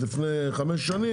לפני חמש שנים,